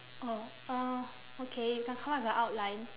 oh uh okay you can come up with a outline